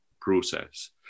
process